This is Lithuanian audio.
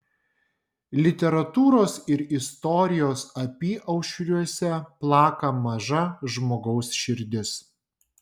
literatūros ir istorijos apyaušriuose plaka maža žmogaus širdis